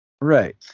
right